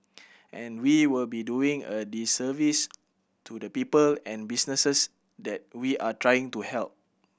and we will be doing a disservice to the people and businesses that we are trying to help